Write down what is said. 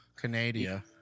Canada